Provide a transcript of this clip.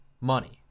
money